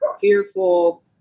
fearful